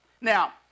Now